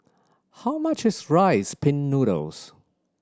how much is Rice Pin Noodles